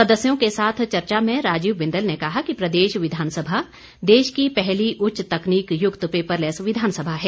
सदस्यों के साथ चर्चा में राजीव बिंदल ने कहा कि प्रदेश विधानसभा देश की पहली उच्च तकनीक युक्त पैपरलैस विधानसभा है